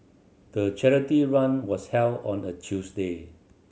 the charity run was held on a Tuesday